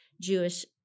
Jewish